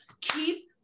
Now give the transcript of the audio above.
keep